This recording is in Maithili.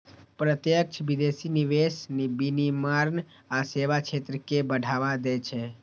प्रत्यक्ष विदेशी निवेश विनिर्माण आ सेवा क्षेत्र कें बढ़ावा दै छै